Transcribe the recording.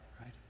right